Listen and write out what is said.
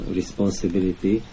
responsibility